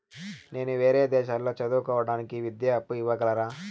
నేను వేరే దేశాల్లో చదువు కోవడానికి విద్యా అప్పు ఇవ్వగలరా?